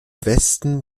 westen